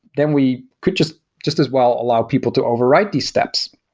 then we could just just as well allow people to override these steps.